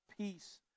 Peace